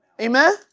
Amen